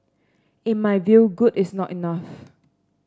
in my view good is not enough